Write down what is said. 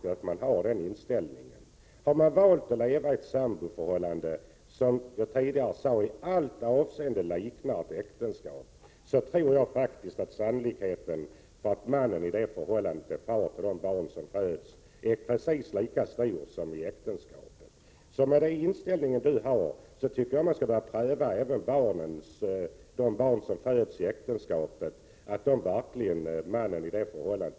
Om en man och en kvinna har valt att leva i ett samboförhållande, som i alla avseenden liknar ett äktenskap, tror jag faktiskt att sannolikheten för att mannen i detta förhållande är far till barnet som finns är precis lika stor som i ett äktenskap. Med den inställning som Ewa Hedkvist Petersen har tycker jag att man borde fastställa faderskapet även på de barn som föds i ett äktenskap.